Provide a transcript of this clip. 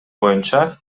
боюнча